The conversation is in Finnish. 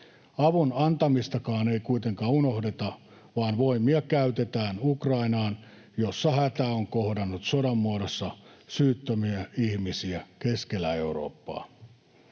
Avun antamistakaan ei kuitenkaan unohdeta, vaan voimia käytetään Ukrainaan, jossa hätä on kohdannut sodan muodossa syyttömiä ihmisiä keskellä Eurooppaa.